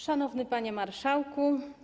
Szanowny Panie Marszałku!